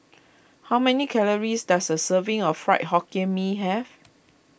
how many calories does a serving of Fried Hokkien Mee have